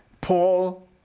Paul